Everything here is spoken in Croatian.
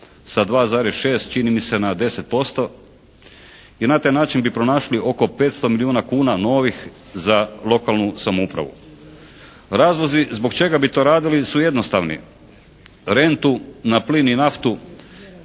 sa 2,6 čini mi se na 10% i na taj način bi pronašli oko 500 milijuna kuna novih za lokalnu samoupravu. Razlozi zbog čega bi to radili su jednostavni. Rentu na plin i naftu